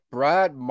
Brad